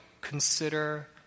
consider